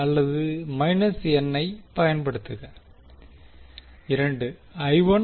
அல்லது ஐ பயன்படுத்துக 2